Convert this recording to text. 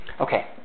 Okay